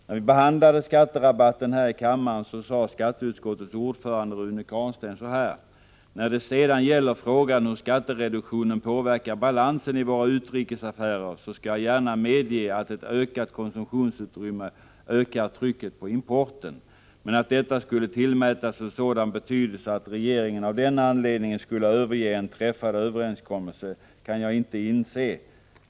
När vi behandlade skatterabatten här i kammaren sade skatteutskottets ordförande Rune Carlstein så här: ”När det sedan gäller frågan hur skattereduktionen påverkar balansen i våra utrikesaffärer skall jag gärna medge att ett ökat konsumtionsutrymme ökar trycket på importen. Men att detta skulle tillmätas en sådan betydelse att regeringen av den anledningen skulle överge en träffad överenskommelse kan jag inte inse.